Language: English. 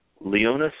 Leonis